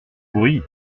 bruit